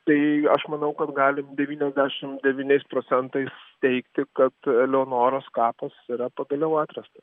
tai aš manau kad galim devyniasdešimt devyniais procentais teigti kad eleonoros kapas yra pagaliau atrastas